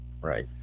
right